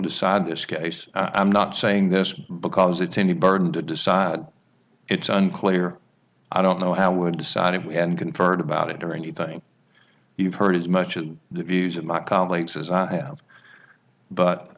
decide this case i'm not saying this because it's any burden to decide it's unclear i don't know how would decide if we had conferred about it or anything you've heard as much of the views of my colleagues as i have but